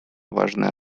важная